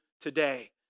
today